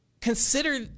Consider